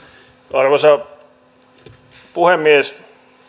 arvoisa puhemies